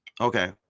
Okay